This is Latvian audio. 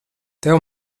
tev